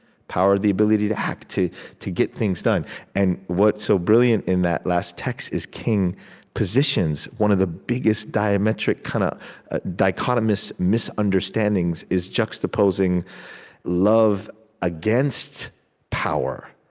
power, the ability to act, to to get things done and what's so brilliant in that last text is, king positions one of the biggest, diametric, kind of ah dichotomous misunderstandings is juxtaposing love against power.